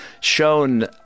Shown